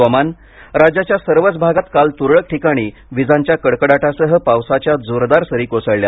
हवामान राज्याच्या सर्वच भागात काल तुरळक ठिकाणी विजांच्या कडकडाटासह पावसाच्या जोरदार सरीं कोसळल्या